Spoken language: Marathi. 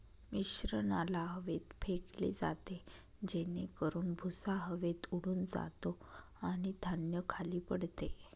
मिश्रणाला हवेत फेकले जाते जेणेकरून भुसा हवेत उडून जातो आणि धान्य खाली पडते